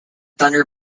thunder